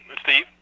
Steve